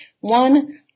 one